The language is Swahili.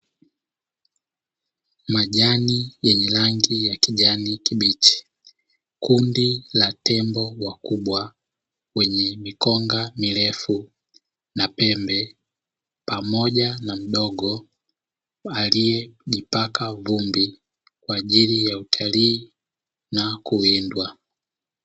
Majani yenye rangi ya kijani kibichi, kundi la Tembo wakubwa wenye mikonga mirefu na pembe, pamoja na mdogo aliyejipaka vumbi, kwa ajili ya utalii na kuwindwa.